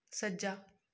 ਸੱਜਾ